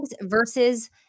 versus